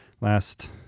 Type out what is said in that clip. last